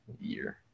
year